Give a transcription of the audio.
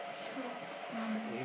straw marble